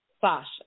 Sasha